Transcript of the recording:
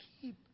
keep